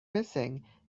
missing